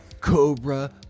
Cobra